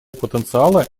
потенциала